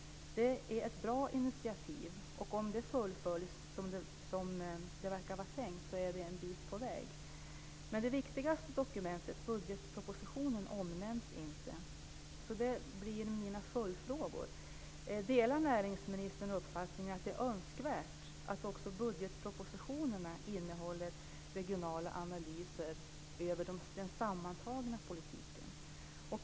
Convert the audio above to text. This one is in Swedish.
Det är ett bra initiativ, och om det fullföljs som det verkar vara tänkt så är vi en bit på väg. Men det viktigaste dokumentet, budgetpropositionen, omnämns inte. Det föranleder mina följdfrågor: Delar näringsministern uppfattningen att det är önskvärt att också budgetpropositionerna innehåller regionala analyser över den sammantagna politiken?